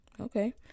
okay